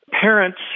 parents